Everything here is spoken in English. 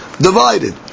divided